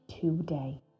today